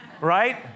right